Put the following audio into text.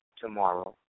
tomorrow